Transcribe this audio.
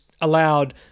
allowed